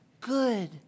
good